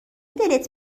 دلت